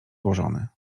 złożony